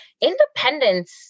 independence